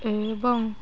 ଏବଂ